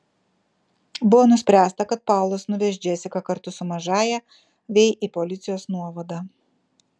buvo nuspręsta kad paulas nuveš džesiką kartu su mažąja vei į policijos nuovadą